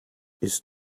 ist